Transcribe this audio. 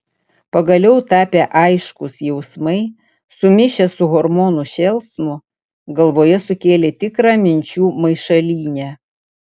pagaliau tapę aiškūs jausmai sumišę su hormonų šėlsmu galvoje sukėlė tikrą minčių maišalynę